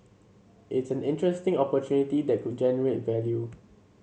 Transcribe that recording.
it's an interesting opportunity that could generate value